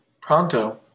pronto